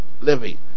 living